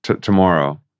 tomorrow